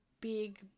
big